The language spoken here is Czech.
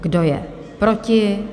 Kdo je proti?